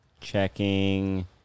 Checking